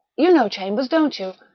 you know chambers, don't you?